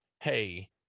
hey